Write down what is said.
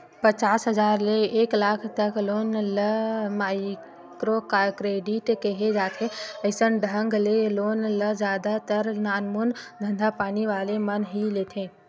पचास हजार ले एक लाख तक लोन ल माइक्रो क्रेडिट केहे जाथे अइसन ढंग के लोन ल जादा तर नानमून धंधापानी वाले मन ह ही लेथे